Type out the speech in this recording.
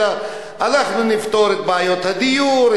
אלא אנחנו נפתור את בעיות הדיור,